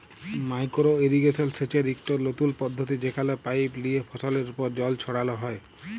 micro irrigation সেচের ইকট লতুল পদ্ধতি যেখালে পাইপ লিয়ে ফসলের উপর জল ছড়াল হ্যয়